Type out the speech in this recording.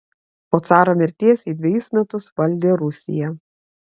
po caro mirties ji dvejus metus valdė rusiją